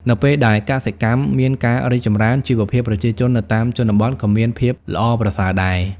នៅពេលដែលកសិកម្មមានការរីកចម្រើន ជីវភាពប្រជាជននៅតាមជនបទក៏មានភាពល្អប្រសើរដែរ។